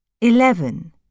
eleven